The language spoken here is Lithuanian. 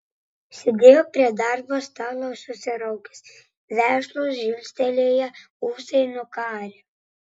sėdėjo prie darbo stalo susiraukęs vešlūs žilstelėję ūsai nukarę